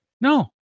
No